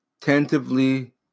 tentatively